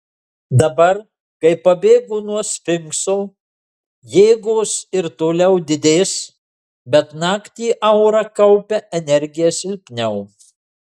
dabar kai pabėgo nuo sfinkso jėgos ir toliau didės bet naktį aura kaupia energiją silpniau